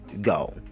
go